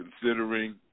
considering